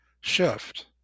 shift